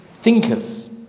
thinkers